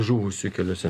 žuvusių keliuose